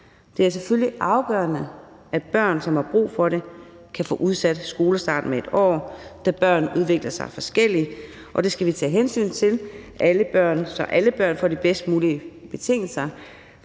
Det er selvfølgelig afgørende, at børn, som har brug for det, kan få udsat skolestarten med et år, da børn udvikler sig forskelligt, og det skal vi tage hensyn til, så alle børn får de bedst mulige betingelser